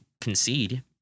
concede